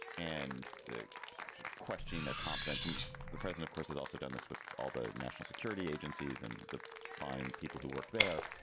and the sort of question, their competence and the president course is also done, this with all the national security agency and the fine people who work there.